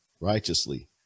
righteously